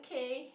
kay